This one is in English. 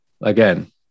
again